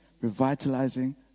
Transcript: revitalizing